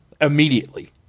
immediately